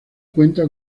cuenta